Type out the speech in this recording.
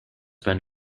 been